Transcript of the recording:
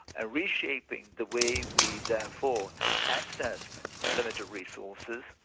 ah reshaping the way we therefore access limited resources,